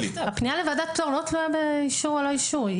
הפנייה לוועדת פטור לא תלויה באישור או לא אישור.